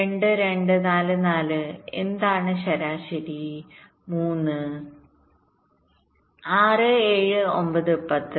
2 2 4 4 എന്താണ് ശരാശരി 3 6 7 9 10